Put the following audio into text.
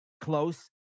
close